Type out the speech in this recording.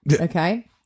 Okay